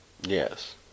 Yes